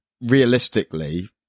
realistically